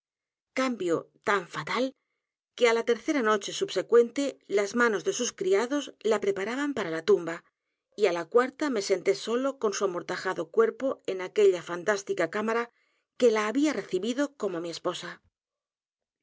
cambio tan fatal que á la tercera noche subsecuente las manos de sus criados la preparaban para la t u m b a y á la cuarta me senté solo con su amortajado cuerpo en aquella fantástica cámara que la había recibido como mi esposa